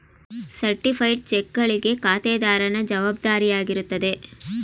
certified ಚೆಕ್ಗಳಿಗೆ ಖಾತೆದಾರನ ಜವಾಬ್ದಾರಿಯಾಗಿರುತ್ತದೆ